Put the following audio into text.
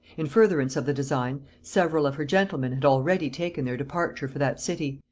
in furtherance of the design, several of her gentlemen had already taken their departure for that city,